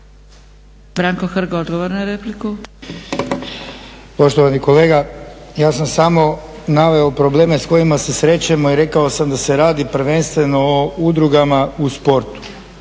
Branko Hrg, odgovor na repliku. **Hrg, Branko (HSS)** Poštovani kolega, ja sam samo naveo probleme s kojima se srećemo i rekao sam da se radi prvenstveno o udrugama u sportu.